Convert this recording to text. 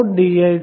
comimage 4